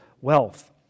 wealth